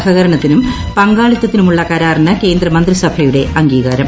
സഹകരണത്തിനും പങ്കാളിത്തത്തിനുമുളള കരാറിന് കേന്ദ്ര മന്ത്രിസഭയുടെ അംഗീകാരം